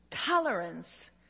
Tolerance